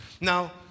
Now